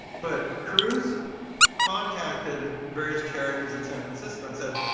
but cruise contacted various charities in san francisco and said,